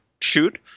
shoot